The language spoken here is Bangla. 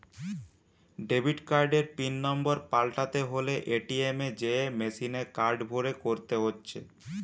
ডেবিট কার্ডের পিন নম্বর পাল্টাতে হলে এ.টি.এম এ যেয়ে মেসিনে কার্ড ভরে করতে হচ্ছে